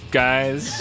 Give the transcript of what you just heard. guys